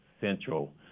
central